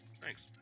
Thanks